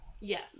yes